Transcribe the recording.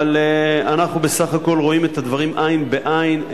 אבל אנחנו בסך הכול רואים את הדברים עין בעין,